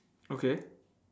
okay